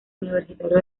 universitario